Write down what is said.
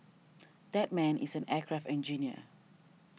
that man is an aircraft engineer